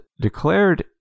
declared